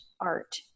art